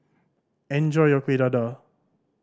enjoy your Kuih Dadar